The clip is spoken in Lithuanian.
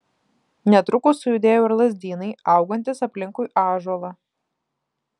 netrukus sujudėjo ir lazdynai augantys aplinkui ąžuolą